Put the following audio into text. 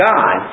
God